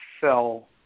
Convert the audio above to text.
fell